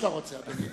איך שאתה רוצה, אדוני.